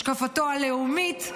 השקפתו הלאומית,